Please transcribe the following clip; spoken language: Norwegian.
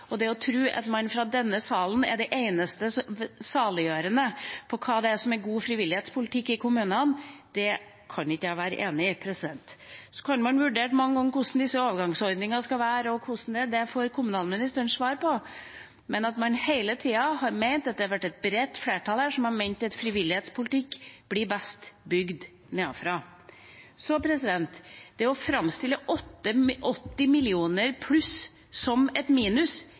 nedenfra. Det å tro at man fra denne sal kan bestemme det eneste saliggjørende for hva som er god frivillighetspolitikk i kommunene, kan jeg ikke være enig i. Man kan ha vurdert mange ganger hvordan disse overgangsordningene skal være, og hvordan det er, får kommunalministeren svare på. Men vi har hele tida ment at et bredt flertall har ment at frivillighetspolitikk blir best bygd nedenfra. Det å framstille 80 mill. kr pluss som et minus,